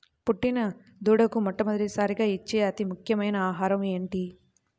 పుట్టిన దూడకు మొట్టమొదటిసారిగా ఇచ్చే అతి ముఖ్యమైన ఆహారము ఏంటి?